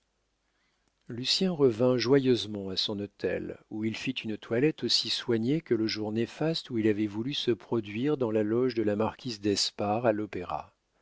lucien revint joyeusement à son hôtel où il fit une toilette aussi soignée que le jour néfaste où il avait voulu se produire dans la loge de la marquise d'espard à l'opéra